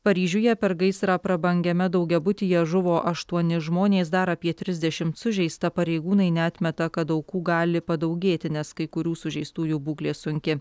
paryžiuje per gaisrą prabangiame daugiabutyje žuvo aštuoni žmonės dar apie trisdešimt sužeista pareigūnai neatmeta kad aukų gali padaugėti nes kai kurių sužeistųjų būklė sunki